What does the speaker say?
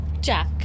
Jack